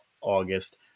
August